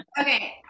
okay